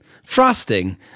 frosting